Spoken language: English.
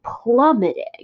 plummeting